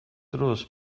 drws